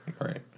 Right